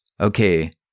okay